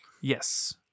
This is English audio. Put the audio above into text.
Yes